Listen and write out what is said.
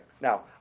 Now